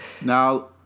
Now